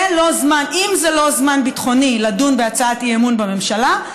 אם זה לא זמן ביטחוני לדון בהצעת אי-אמון בממשלה,